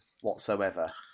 whatsoever